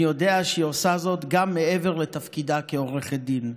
אני יודע שהיא עושה זאת גם מעבר לתפקידה כעורכת דין,